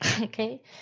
okay